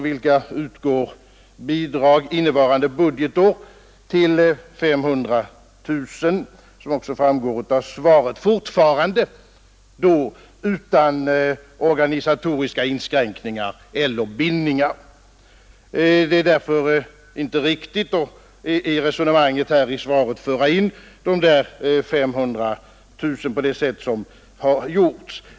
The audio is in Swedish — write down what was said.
bidrag utgår innevarande budgetår till 500 000 — det framgår också av svaret — men fortfarande utan organisatoriska inskränkningar eller bindningar. Det är därför inte riktigt att i resonemanget i svaret föra in de 500 000 timmarna på det sätt som där skett.